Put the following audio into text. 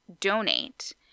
donate